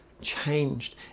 changed